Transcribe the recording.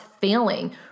failing